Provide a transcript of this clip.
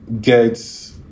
get